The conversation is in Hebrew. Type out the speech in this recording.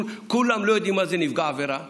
כולם לא יודעים מה זה נפגע עבירה מינית.